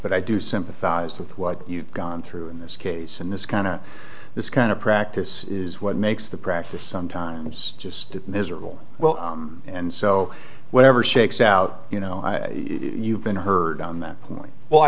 but i do sympathize with what you've gone through in this case and this kind of this kind of practice is what makes the practice sometimes just miserable well and so whatever shakes out you know you've been heard on that point well i